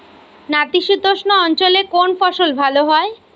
নাতিশীতোষ্ণ অঞ্চলে কোন ফসল ভালো হয়?